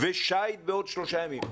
ושייט בעוד שלושה ימים.